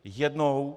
Jednou